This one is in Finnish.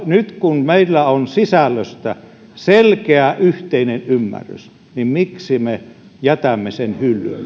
nyt kun meillä on sisällöstä selkeä yhteinen ymmärrys miksi me jätämme sen